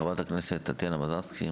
ח"כ טטאינה מזרסקי,